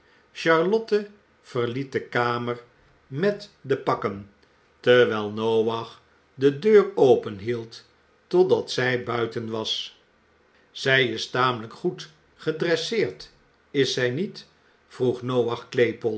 charlotte verliet de kamer met de pakken terwijl noach de deur openhield totdat rij buiten was zij is tamelijk goed gedresseerd is zij niet vroeg noach